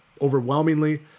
overwhelmingly